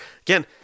Again